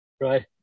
Right